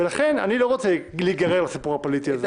ולכן אני לא רוצה להיגרר לסיפור הפוליטי הזה.